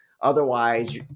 Otherwise